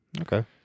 Okay